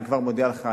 אני כבר מודיע לך,